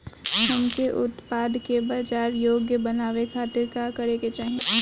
हमके उत्पाद के बाजार योग्य बनावे खातिर का करे के चाहीं?